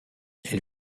elle